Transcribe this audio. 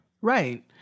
Right